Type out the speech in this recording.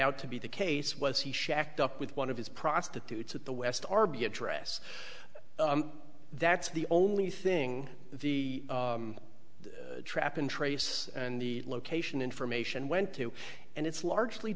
out to be the case was he shacked up with one of his prostitutes at the west rb address that's the only thing the trap and trace and the location information went to and it's largely